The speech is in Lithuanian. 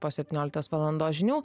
po septynioliktos valandos žinių